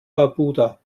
barbuda